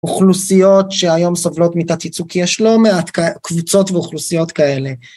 אוכלוסיות שהיום סובלות מתת ייצוג כי יש לא מעט קבוצות ואוכלוסיות כאלה